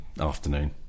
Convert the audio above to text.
afternoon